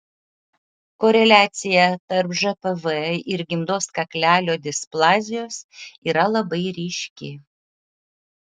koreliacija tarp žpv ir gimdos kaklelio displazijos yra labai ryški